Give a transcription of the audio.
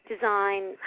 design